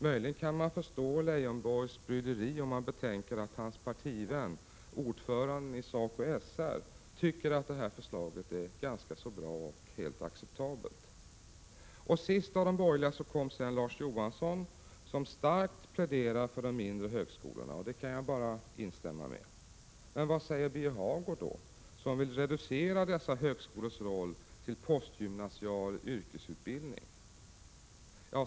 Möjligen kan man förstå Lars Leijonborgs bryderi, om man betänker att hans partivän, ordföranden i SACO/SR tycker att förslaget är ganska bra och helt acceptabelt. Sist av de borgerliga kom Larz Johansson som starkt pläderade för de mindre högskolorna. Det kan jag bara instämma i. Men vad säger då Birger Hagård, som vill reducera dessa högskolors roll till postgymnasial yrkesutbildning?